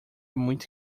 muito